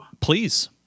please